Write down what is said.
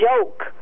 joke